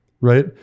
right